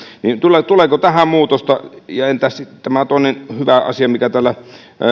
tuleeko tähän muutosta sitten tämä toinen hyvä asia mikä täällä